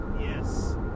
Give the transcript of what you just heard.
Yes